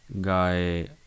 guy